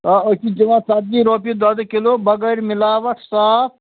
آ أسۍ چھِ دِوان ژَتجی رۄپیہِ دۄدٕ کِلوٗ بَغٲر مِلاوَٹ صاف